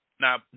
Now